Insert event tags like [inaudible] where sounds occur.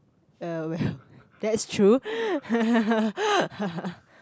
uh well that's true [laughs]